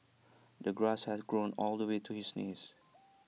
the grass had grown all the way to his knees